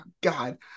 God